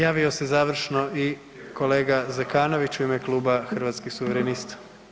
Javio se završno i kolega Zekanović u ime kluba Hrvatskih suverenista.